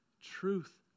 truth